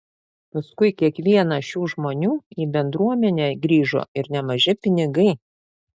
paskui kiekvieną šių žmonių į bendruomenę grįžo ir nemaži pinigai